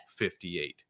58